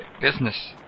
business